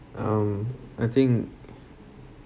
um I think